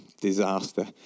disaster